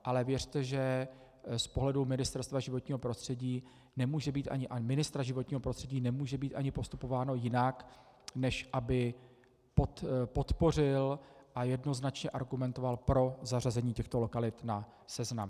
Ale věřte, že z pohledu Ministerstva životního prostředí a ministra životního prostředí nemůže být ani postupováno jinak, než aby podpořil a jednoznačně argumentoval pro zařazení těchto lokalit na seznam.